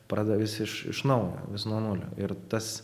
pradeda vis iš iš naujo vis nuo nulio ir tas